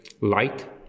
light